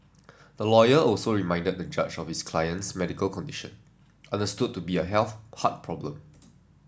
the lawyer also reminded the judge of his client's medical condition understood to be a health heart problem